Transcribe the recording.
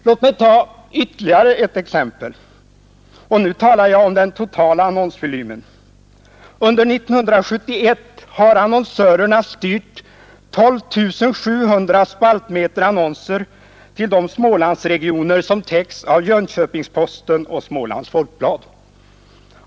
Låt mig ta ytterligare ett exempel — nu talar jag om den totala annonsvolymen. Under 1971 har annonsörerna styrt 12 700 spaltmeter annonser till de Smålandsregioner som täcks av Jönköpings-Posten och Smålands Folkblad.